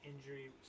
injury